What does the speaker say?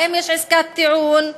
האם יש עסקת טיעון.